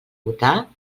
votar